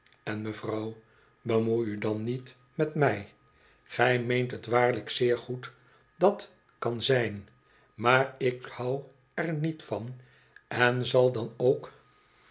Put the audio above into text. en mevrouw bemoei u dan niet met mij gij meent t waarschijnlijk zeer goed dat kan zijn maar ik hou er niet van en zal dan ook